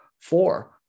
Four